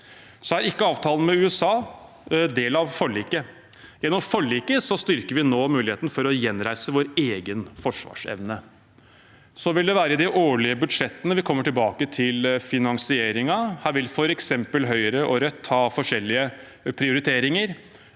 USA er ikke en del av forliket. Gjennom forliket styrker vi nå muligheten for å gjenreise vår egen forsvarsevne. Så vil det være i de årlige budsjettene vi kommer tilbake til finansieringen, og her vil f.eks. Høyre og Rødt ha forskjellige prioriteringer.